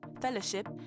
fellowship